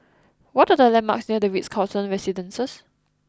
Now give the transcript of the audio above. what are the landmarks near The Ritz Carlton Residences